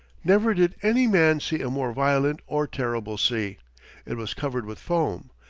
never did any man see a more violent or terrible sea it was covered with foam,